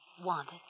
wanted